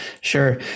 Sure